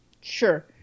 Sure